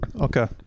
Okay